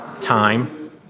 time